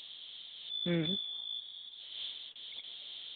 ᱦᱮᱸ